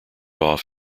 off